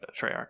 Treyarch